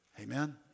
Amen